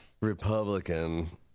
Republican